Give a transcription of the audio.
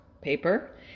paper